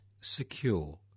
secure